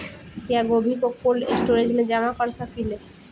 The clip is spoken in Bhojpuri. क्या गोभी को कोल्ड स्टोरेज में जमा कर सकिले?